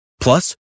Plus